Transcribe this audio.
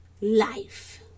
life